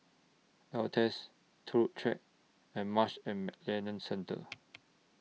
Altez Turut Track and Marsh and McLennan Centre